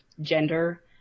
gender